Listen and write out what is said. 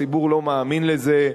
הציבור לא מאמין לזה.